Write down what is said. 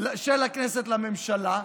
של הכנסת לממשלה,